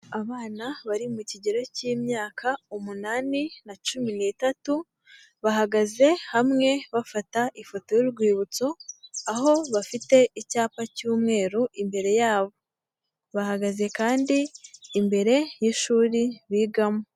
Abana bari mu kigero k'imyaka umunani na cumi n'itatu, bahagaze hamwe bafata ifoto y'urwibutso aho bafite icyapa cy'umweru imbere yabo, bahagaze kandi imbere y'ishuri bigamo.